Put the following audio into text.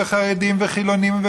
וחרדים וחילונים,